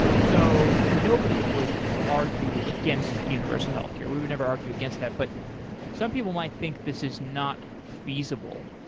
so nobody would argue against universal healthcare. we would never argue against that, but some people might think this is not feasible.